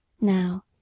Now